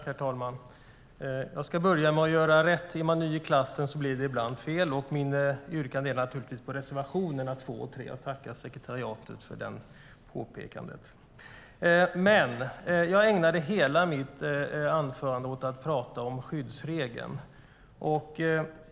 Herr talman! Jag ska börja med att göra rätt. Är man ny i klassen blir det ibland fel. Mitt yrkande gäller naturligtvis reservationerna 2 och 3. Jag tackar kansliet för det påpekandet. Jag ägnade hela mitt anförande åt att prata om skyddsregeln.